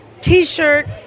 t-shirt